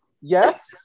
Yes